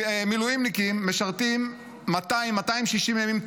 מילואימניקים משרתים 200 260 ימים,